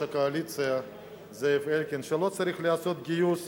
הקואליציה זאב אלקין: לא צריך לעשות גיוס,